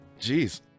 Jeez